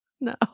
No